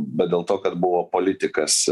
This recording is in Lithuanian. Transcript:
bet dėl to kad buvo politikas